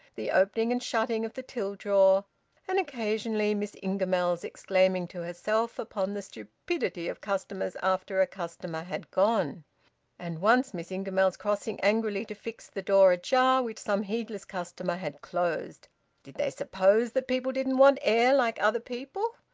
the opening and shutting of the till-drawer and occasionally miss ingamells exclaiming to herself upon the stupidity of customers after a customer had gone and once miss ingamells crossing angrily to fix the door ajar which some heedless customer had closed did they suppose that people didn't want air like other people?